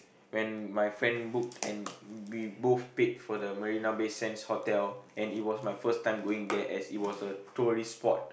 when my friend booked and we both paid for the Marina-Bay-Sands hotel and it was my first time going there as it was a tourist spot